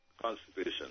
Constipation